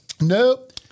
Nope